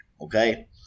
Okay